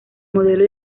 modelo